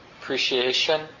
Appreciation